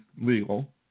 legal